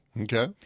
okay